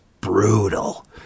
brutal